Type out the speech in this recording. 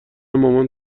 مامان